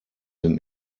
sind